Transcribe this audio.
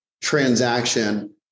transaction